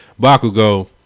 Bakugo